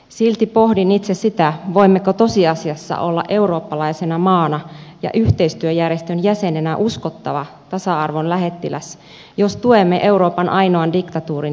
silti pohdin itse sitä voimmeko tosiasiassa olla eurooppalaisena maana ja yhteistyöjärjestön jäsenenä uskottava tasa arvon lähettiläs jos tuemme euroopan ainoan diktatuurin järjestämiä kisoja